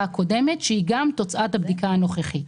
הקודמת שהיא גם תוצאת הבדיקה הנוכחית.